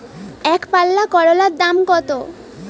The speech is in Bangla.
একপাল্লা করলার দাম কত?